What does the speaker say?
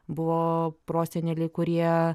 buvo proseneliai kurie